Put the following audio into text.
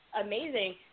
amazing